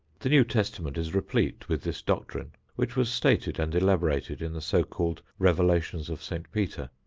the new testament is replete with this doctrine, which was stated and elaborated in the so-called revelations of st. peter.